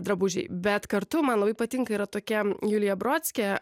drabužiai bet kartu man labai patinka yra tokia julija brodskė